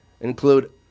include